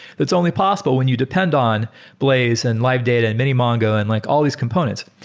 that's only possible when you depend on blaze and live data and many mongo and like all these components.